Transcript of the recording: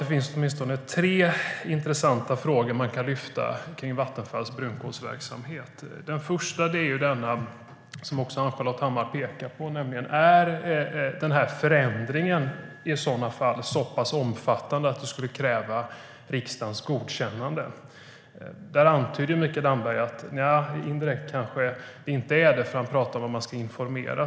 Det finns åtminstone tre intressanta frågor att ställa om Vattenfalls brunkolsverksamhet. Den första är den som också Ann-Charlotte Hammar ställer: Är denna eventuella förändring så pass omfattande att den skulle kräva riksdagens godkännande? Mikael Damberg antyder att den inte är det, för han talar om att informera.